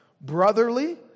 brotherly